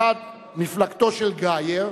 מחד גיסא, מפלגתו של גאייר,